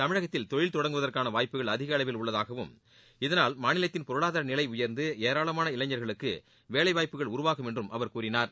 தமிழகத்தில் தொழில் தொடங்குவதற்காள வாய்ப்புகள் அதிக அளவில் உள்ளதாகவும் இதனால் மாநிலத்தின் பொருளாதார நிலை உயர்ந்து ஏராளமான இளைஞர்களுக்கு வேலை வாய்ப்புகள் உருவாகும் என்றும் அவர் கூறினார்